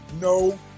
no